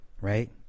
right